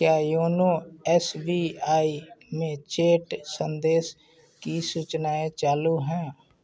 क्या YONO S B I में chat संदेशों की सूचनाएँ चालू हैं